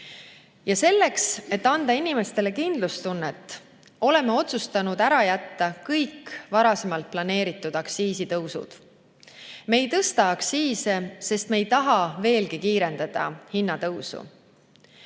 Selleks, et anda inimestele kindlustunnet, oleme otsustanud ära jätta kõik varasemalt planeeritud aktsiisitõusud. Me ei tõsta aktsiise, sest me ei taha veelgi kiirendada hinnatõusu.